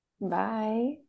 Bye